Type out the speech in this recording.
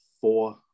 Four